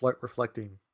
reflecting